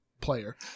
player